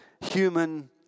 human